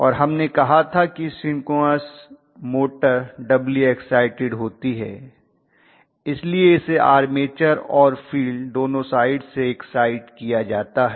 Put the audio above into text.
और हमने कहा था कि सिंक्रोनस मोटर डब्ली इक्साइटिड होती है इसलिए इसे आर्मेचर और फील्ड दोनों साइड से इक्साइट किया जाता है